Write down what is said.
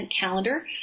calendar